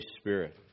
Spirit